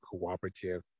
cooperative